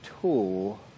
tool